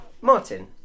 Martin